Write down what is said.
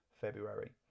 February